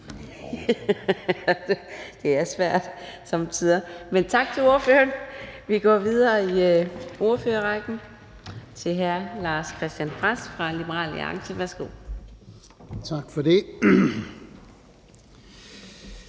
er fru Lisbeth Bech-Nielsen. Tak til ordføreren. Vi går videre i ordførerrækken til hr. Lars-Christian Brask fra Liberal Alliance. Værsgo. Kl.